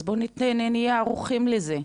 אז בוא נהיה ערוכים לזה.